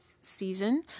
season